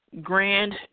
grand